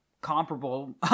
comparable